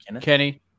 Kenny